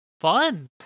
Fun